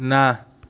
ନା